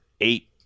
eight